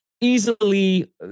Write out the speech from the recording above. easily